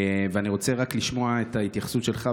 אני רוצה לשמוע את ההתייחסות שלך,